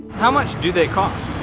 how much do they cost?